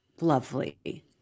lovely